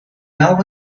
hour